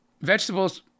vegetables